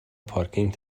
پارکینگ